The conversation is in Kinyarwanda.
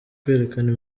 kwerekana